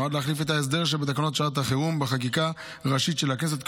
שנועד להחליף את ההסדר שבתקנות שעת החירום בחקיקה ראשית של הכנסת,